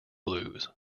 blues